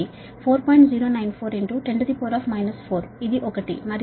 094 10 4